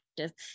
active